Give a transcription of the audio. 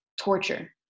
torture